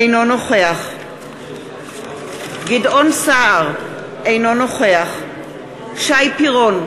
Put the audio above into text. אינו נוכח גדעון סער, אינו נוכח שי פירון,